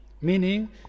Meaning